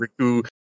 Riku